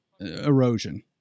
erosion